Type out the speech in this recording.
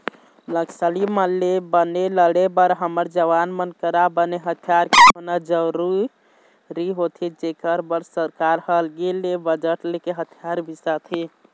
नक्सली मन ले बने लड़े बर हमर जवान मन करा बने हथियार के होना जरुरी होथे जेखर बर सरकार ह अलगे ले बजट लेके हथियार बिसाथे